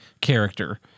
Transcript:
character